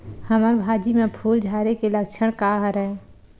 हमर भाजी म फूल झारे के लक्षण का हरय?